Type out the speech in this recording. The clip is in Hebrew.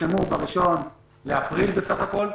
נחתמו בראשון באפריל בסך הכול.